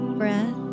breath